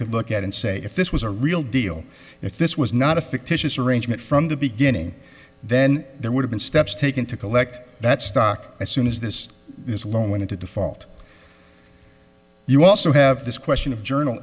could look at and say if this was a real deal if this was not a fictitious arrangement from the beginning then there would have been steps taken to collect that stock as soon as this this loan went into default you also have this question of journal